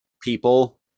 people